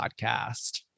podcast